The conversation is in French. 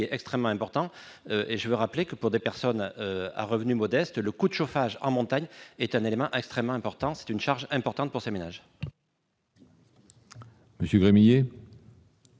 extrêmement important et je veux rappeler que pour des personnes à revenus modestes, le coude chauffage en montagne est un élément extrêmement important, c'est une charge importante pour ces ménages. J'ai vraiment.